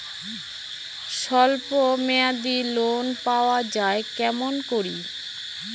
স্বল্প মেয়াদি লোন পাওয়া যায় কেমন করি?